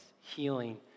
healing